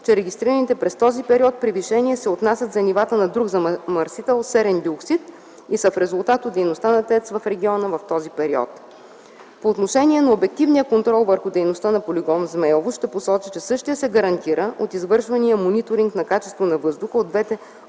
че регистрираните през този период превишения се отнасят за нивата на друг замърсител – серен диоксид, и са в резултат от дейността на ТЕЦ в региона в този период. По отношение на обективния контрол върху дейността на полигона в Змейово ще посоча, че същият се гарантира от извършвания мониторинг на качеството на въздуха от двете